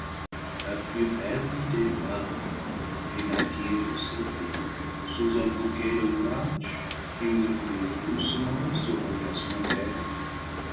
la plus belle des femmes qui naquirent ses filles sous un bouquet d'ombrage qui murmure doucement sur un gazon vert